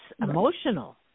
emotional